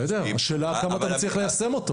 בסדר, השאלה כמה אתה מצליח ליישם אותו.